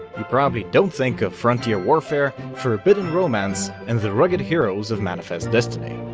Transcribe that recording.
you probably don't think of frontier warfare, forbidden romance, and the rugged heroes of manifest destiny.